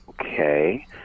okay